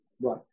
right